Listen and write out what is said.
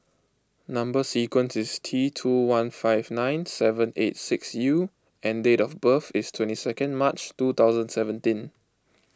Number Sequence is T two one five nine seven eight six U and date of birth is twenty second March two thousand seventeen